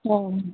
ओ